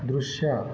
ದೃಶ್ಯ